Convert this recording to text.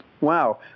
wow